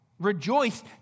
rejoice